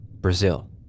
Brazil